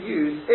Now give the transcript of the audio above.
use